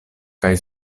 kaj